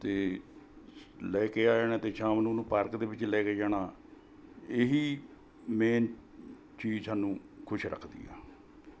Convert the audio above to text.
ਅਤੇ ਲੈ ਕੇ ਆ ਜਾਣਾ ਅਤੇ ਸ਼ਾਮ ਨੂੰ ਉਹਨੂੰ ਪਾਰਕ ਦੇ ਵਿੱਚ ਲੈ ਕੇ ਜਾਣਾ ਇਹੀ ਮੇਨ ਚੀਜ਼ ਸਾਨੂੰ ਖੁਸ਼ ਰੱਖਦੀ ਆ